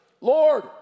Lord